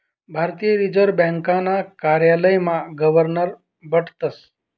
भारतीय रिजर्व ब्यांकना कार्यालयमा गवर्नर बठतस